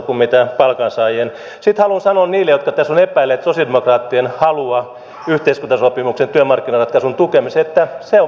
sitten haluan sanoa niille jotka tässä ovat epäilleet sosialidemokraattien halua yhteiskuntasopimuksen työmarkkinaratkaisun tukemiseen että se on väärää puhetta